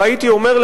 והייתי אומר,